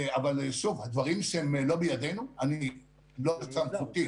אבל שוב, הדברים שהם לא בידינו, זה לא בסמכותי.